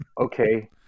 okay